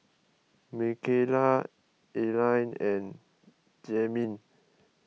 Makayla Aline and Jaheem